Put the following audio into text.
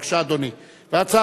בבקשה, אדוני.